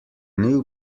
new